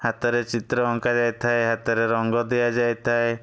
ହାତରେ ଚିତ୍ର ଅଙ୍କା ଯାଇଥାଏ ହାତରେ ରଙ୍ଗ ଦିଆଯାଇଥାଏ